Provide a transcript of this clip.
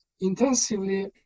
intensively